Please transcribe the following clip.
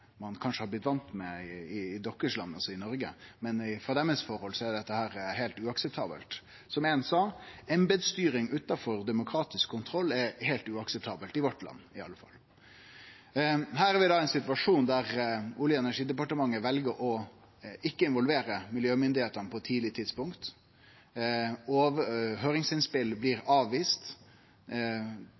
ein kanskje har blitt van med i vårt land, altså i Noreg, men for dei er dette heilt uakseptabelt. Som éin sa: Embetsstyring utanfor demokratisk kontroll er heilt uakseptabelt i vårt land i alle fall. Her har vi ein situasjon der Olje- og energidepartementet vel ikkje å involvere miljøstyresmaktene på eit tidleg tidspunkt. Høyringsinnspel blir